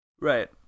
Right